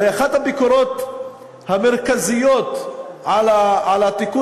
הרי אחת הביקורות המרכזיות על התיקון